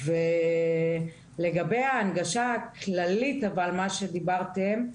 לגבי ההנגשה הכללית שדיברתם עליה,